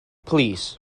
plîs